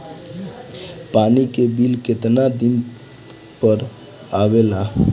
पानी के बिल केतना दिन पर आबे ला?